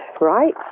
right